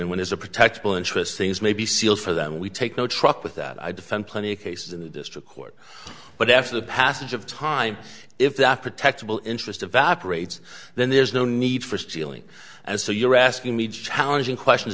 and one is a protect the interest things may be sealed for them we take no truck with that i defend plenty of cases in the district court but after the passage of time if that protective will interest evaporates then there's no need for stealing and so you're asking me challenging questions